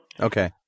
Okay